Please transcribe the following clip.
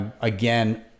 Again